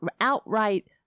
outright